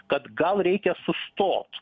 kad gal reikia sustot